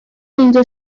meindio